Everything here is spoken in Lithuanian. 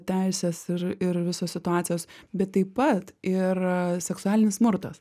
teisės ir ir visos situacijos bet taip pat ir seksualinis smurtas